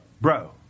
bro